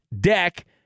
Deck